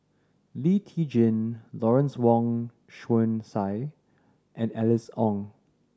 Lee Tjin Lawrence Wong Shyun Tsai and Alice Ong